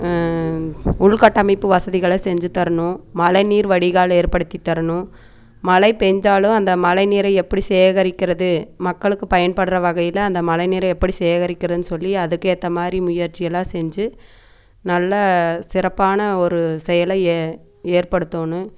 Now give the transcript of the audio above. உள்கட்டமைப்பு வசதிகளை செஞ்சித்தரணும் மழைநீர் வடிகால் ஏற்படுத்தி தரணும் மழை பெஞ்சாலும் அந்த மழை நீரை எப்டி சேகரிக்கிறது மக்களுக்கு பயன்படுற வகையில் அந்த மழைநீரை எப்படி சேகரிக்கிறதுனு சொல்லி அதுக்கு ஏற்ற மாதிரி முயற்சியெல்லாம் செஞ்சு நல்ல சிறப்பான ஒரு செயலை ஏ ஏற்படுத்தணும்